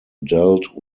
dealt